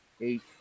eight